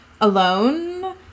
alone